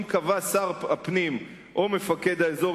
אם קבע שר הפנים או מפקד האזור,